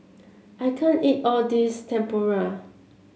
I can't eat all this Tempura